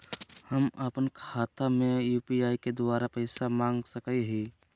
हम अपन खाता में यू.पी.आई के द्वारा पैसा मांग सकई हई?